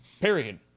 period